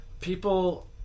People